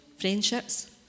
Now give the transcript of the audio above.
friendships